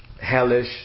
hellish